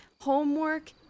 Homework